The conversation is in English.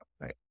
right